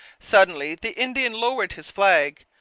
suddenly the indian lowered his flag,